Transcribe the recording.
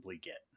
get